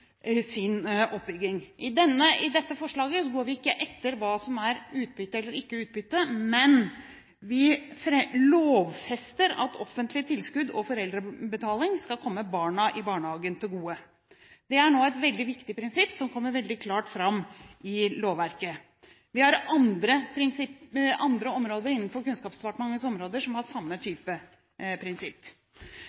sin oppbygging. I dette forslaget går vi ikke etter hva som er utbytte eller ikke utbytte, men vi lovfester at offentlige tilskudd og foreldrebetaling skal komme barna i barnehagen til gode. Det er et veldig viktig prinsipp som nå kommer veldig klart fram i lovverket. Vi har andre områder innenfor Kunnskapsdepartementet som har samme